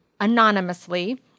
anonymously